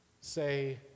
say